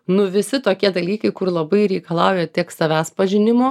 nu visi tokie dalykai kur labai reikalauja tiek savęs pažinimo